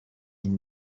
این